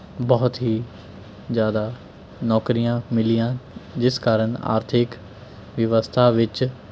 ਬਹੁਤ ਹੀ ਜ਼ਿਆਦਾ ਨੌਕਰੀਆਂ ਮਿਲੀਆਂ ਜਿਸ ਕਾਰਨ ਆਰਥਿਕ ਵਿਵਸਥਾ ਵਿੱਚ